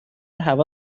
هوا